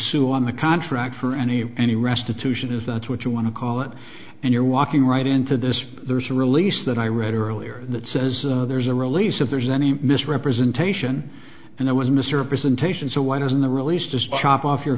sue on the contract for any any restitution is that what you want to call it and you're walking right into this there's a release that i read earlier that says there's a release of there's any misrepresentation and there was mr presentation so why doesn't the release to stop off your